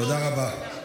תודה רבה.